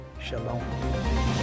Shalom